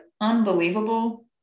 unbelievable